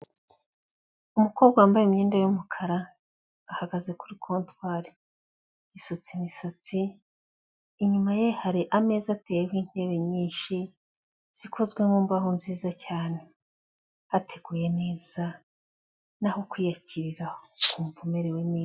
Umukobwa wambaye imyenda y'umukara ahagaze kuri kontwari. Asutse imisatsi inyuma ye hari ameza ateye n' intebe nyinshi zikozwe mu mbaho nziza cyane. Hateguye neza ni aho kwiyakirira ukumva umerewe neza.